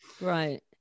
Right